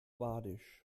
badisch